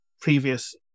previous